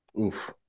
Oof